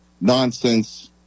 nonsense –